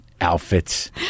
outfits